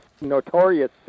notorious